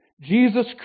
Jesus